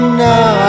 now